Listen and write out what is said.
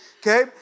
okay